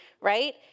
right